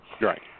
Right